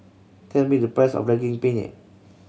tell me the price of Daging Penyet